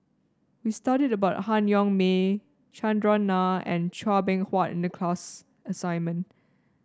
we studied about Han Yong May Chandran Nair and Chua Beng Huat in the class assignment